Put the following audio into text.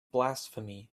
blasphemy